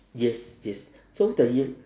yes yes so the yel~